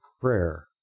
prayer